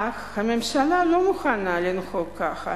אך הממשלה לא מוכנה לנהוג ככה.